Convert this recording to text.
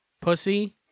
pussy